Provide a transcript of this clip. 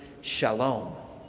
shalom